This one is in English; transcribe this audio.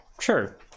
Sure